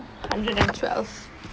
hundred and twelve